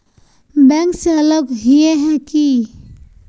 Bank से अलग हिये है की?